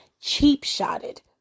cheap-shotted